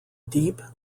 deep